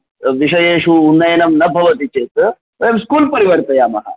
विषयेषु उन्नयनं न भवति चेत् वयं स्कूल् परिवर्तयामः